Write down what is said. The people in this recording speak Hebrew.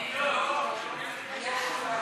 (הורה שכול),